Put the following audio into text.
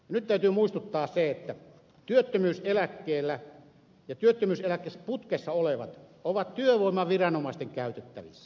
nyt täytyy muistuttaa siitä että työttömyyseläkkeellä ja työttömyyseläkeputkessa olevat ovat työvoimaviranomaisten käytettävissä